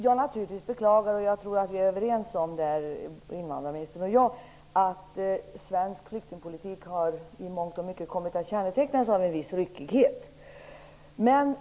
Som utskottsordförande vill jag säga att det är beklagligt att svensk flyktingpolitik i mångt och mycket har kommit att kännetecknas av en viss ryckighet. Jag tror att invandrarministern och jag är överens om det.